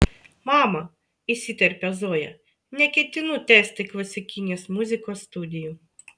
mama įsiterpia zoja neketinu tęsti klasikinės muzikos studijų